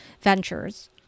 ventures